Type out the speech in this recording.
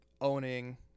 owning